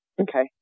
Okay